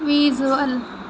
visual